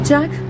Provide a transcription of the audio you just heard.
Jack